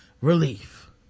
relief